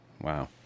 Wow